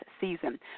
season